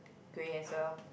grey as well